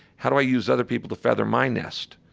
how do i use other people to feather my nest?